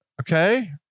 Okay